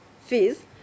fees